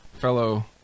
fellow